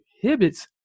prohibits